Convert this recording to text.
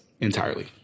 entirely